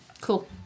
Cool